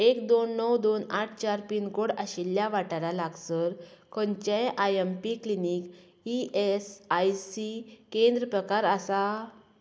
एक दोन णव दोन आठ चार पीन कोड आशिल्ल्या वाठारा लागसर खंयचेंय I M P clinic E S I C केंद्र प्रकार आसा